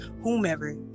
whomever